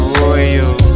royal